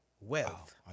wealth